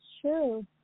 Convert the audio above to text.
true